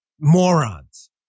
Morons